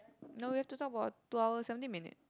no we have to talk about two hour seventeen minute